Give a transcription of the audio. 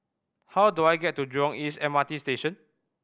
how do I get to Jurong East M R T Station